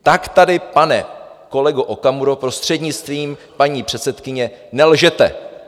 Tak tady, pane kolego Okamuro, prostřednictvím paní předsedkyně, nelžete!